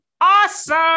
awesome